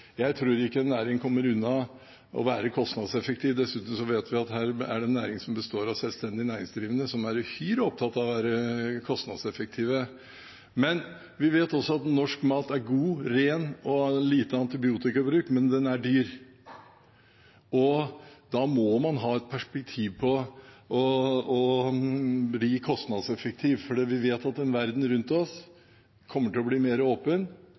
Jeg tror ikke en næring kommer unna å være kostnadseffektiv, og dessuten vet vi at her er det en næring som består av selvstendig næringsdrivende, og som er uhyre opptatt av å være kostnadseffektive. Vi vet også at norsk mat er god, ren, og det er lite antibiotikabruk, men den er dyr. Da må man ha et perspektiv på å bli kostnadseffektiv, for vi vet at verden rundt oss kommer til å bli mer åpen,